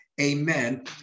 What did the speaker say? Amen